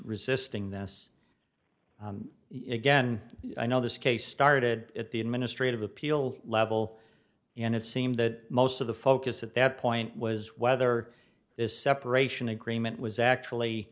resisting this again i know this case started at the administrative appeals level and it seemed that most of the focus at that point was whether this separation agreement was actually